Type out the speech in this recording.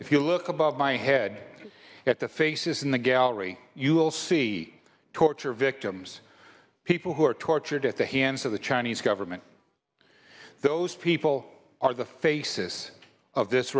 look above my head at the faces in the gallery you will see torture victims people who were tortured at the hands of the chinese government those people are the faces of this